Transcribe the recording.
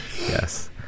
yes